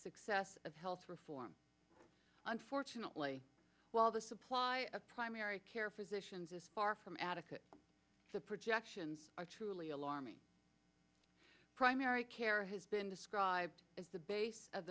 success of health reform unfortunately while the supply of primary care physicians is far from adequate the projections are truly alarming primary care has been described as the base of